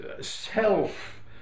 self